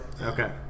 Okay